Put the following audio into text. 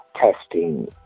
testing